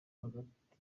hagati